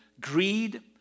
greed